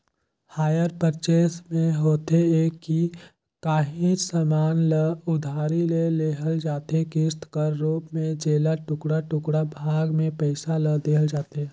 hire purchase में होथे ए कि काहींच समान ल उधारी में लेहल जाथे किस्त कर रूप में जेला टुड़का टुड़का भाग में पइसा ल देहल जाथे